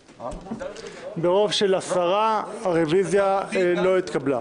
ברוב של 10, הרביזיה לא התקבלה.